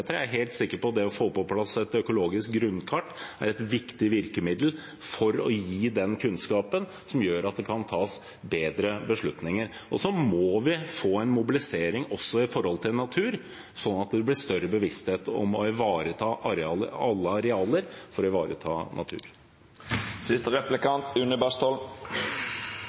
Jeg er helt sikker på at det å få på plass et økologisk grunnkart er et viktig virkemiddel for å gi den kunnskapen som gjør at det kan tas bedre beslutninger. Så må vi få en mobilisering for natur, slik at det blir større bevissthet om å ivareta alle arealer, for å ivareta natur.